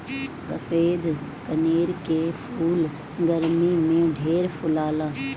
सफ़ेद कनेर के फूल गरमी में ढेर फुलाला